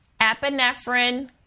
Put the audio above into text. Epinephrine